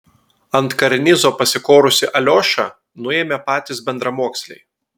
ant karnizo pasikorusį aliošą nuėmė patys bendramoksliai